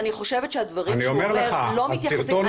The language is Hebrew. אני חושבת שהדברים שהוא אומר לא מתייחסים.